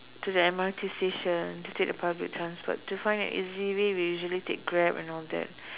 to the M_R_T station to take the public transport to find easily we usually take Grab and all that